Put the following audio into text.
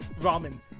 Ramen